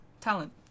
talent